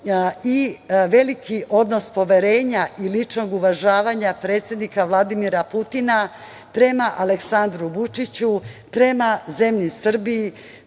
i veliki odnos poverenja i ličnog uvažavanja predsednika Vladimira Putina prema Aleksandru Vučiću, prema zemlji Srbiji